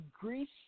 Greece